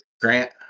Grant